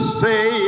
say